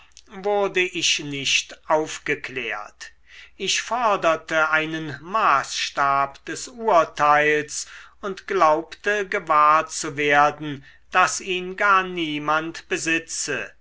wurde ich nicht aufgeklärt ich forderte einen maßstab des urteils und glaubte gewahr zu werden daß ihn gar niemand besitze